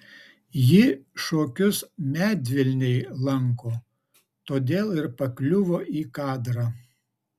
ji šokius medvilnėj lanko todėl ir pakliuvo į kadrą